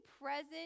present